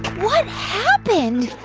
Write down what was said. what happened?